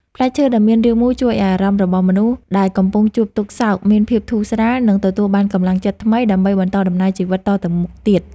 ផ្លែឈើដែលមានរាងមូលជួយឱ្យអារម្មណ៍របស់មនុស្សដែលកំពុងជួបទុក្ខសោកមានភាពធូរស្រាល និង ទទួលបានកម្លាំងចិត្តថ្មីដើម្បីបន្តដំណើរជីវិតតទៅទៀត។